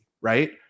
right